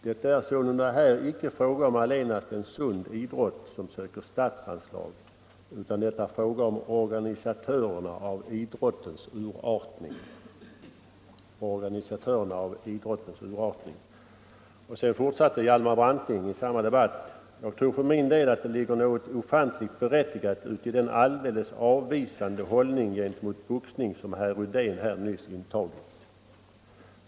Det är sålunda här icke fråga om allenast en sund idrott som söker statsanslag, utan det är fråga om organisatörerna av idrottens urartning.” Hjalmar Branting sade i samma debatt: ”Jag tror för min del att det ligger något ofantligt berättigat uti den alldeles avvisande hållning gentemot boxning som hr Rydén här nyss intagit.